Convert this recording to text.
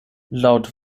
laut